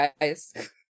guys